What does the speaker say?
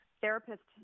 therapist